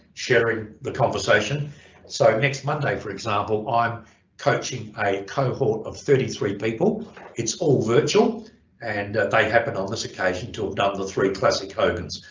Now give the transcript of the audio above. sharing the conversation so next monday for example i'm coaching a cohort of thirty three people it's all virtual and they happen on this occasion to have done the three classic hogans,